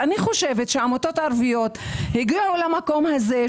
אני חושבת שהעמותות הערביות הגיעו למקום הזה,